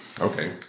Okay